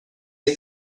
you